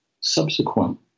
subsequent